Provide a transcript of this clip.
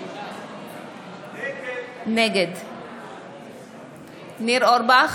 נגד ניר אורבך,